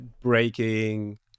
breaking